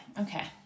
Okay